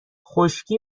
خشکی